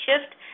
shift